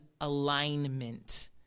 alignment